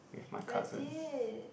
I did